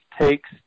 takes